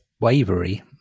wavery